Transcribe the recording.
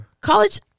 College